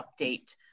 update